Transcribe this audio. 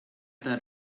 that